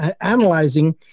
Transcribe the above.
analyzing